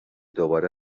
دوباره